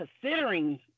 considering